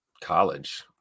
college